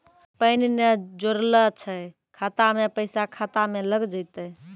Pan ने जोड़लऽ छै खाता मे पैसा खाता मे लग जयतै?